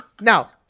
Now